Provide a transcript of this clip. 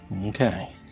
Okay